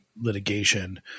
litigation